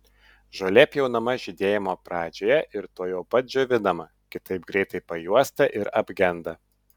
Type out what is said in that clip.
žolė pjaunama žydėjimo pradžioje ir tuojau pat džiovinama kitaip greitai pajuosta ir apgenda